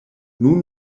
nun